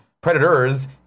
Predators